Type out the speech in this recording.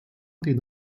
den